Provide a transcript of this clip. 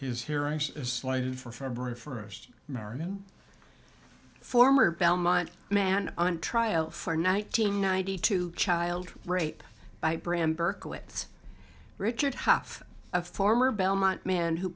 his hearing is slated for february first marion former belmont man on trial for nineteen ninety two child rape by bram berkowitz richard huff a former belmont man who